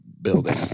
building